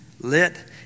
lit